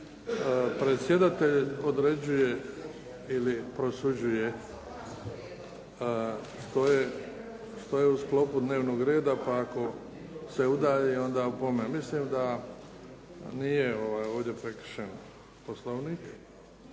predsjedatelj određuje ili prosuđuje što je u sklopu dnevnog reda pa ako se udalji onda opomene. Mislim da nije ovdje prekršen Poslovnik